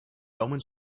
omens